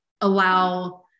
allow